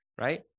right